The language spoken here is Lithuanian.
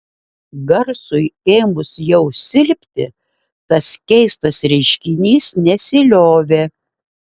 garsui ėmus jau silpti tas keistas reiškinys nesiliovė